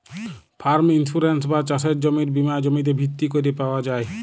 farm insurance বা চাসের জমির বীমা জমিতে ভিত্তি ক্যরে পাওয়া যায়